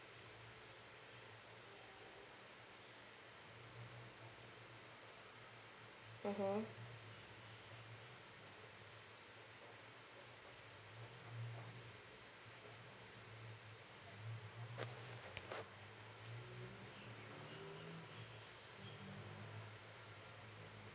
mmhmm